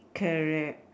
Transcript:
correct